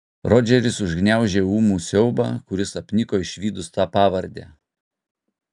rodžeris užgniaužė ūmų siaubą kuris apniko išvydus tą pavardę